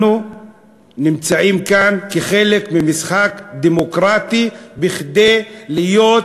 אנחנו נמצאים כאן כחלק ממשחק דמוקרטי, כדי להיות